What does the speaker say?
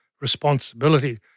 responsibility